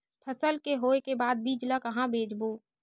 फसल के होय के बाद बीज ला कहां बेचबो?